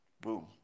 Boom